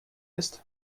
ist